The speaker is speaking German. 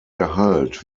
gehalt